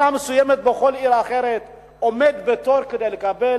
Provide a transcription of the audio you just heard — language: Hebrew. מסוימת בכל עיר אחרת צריך לעמוד בתור כדי לקבל